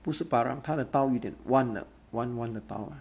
不是 parang 他的刀有点弯的弯弯的刀